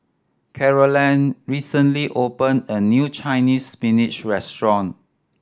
Carolann recently opened a new Chinese Spinach restaurant